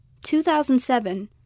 2007